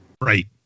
Right